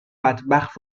بدبخت